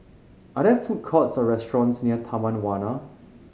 are there food courts or restaurants near Taman Warna